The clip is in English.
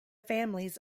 families